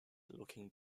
looking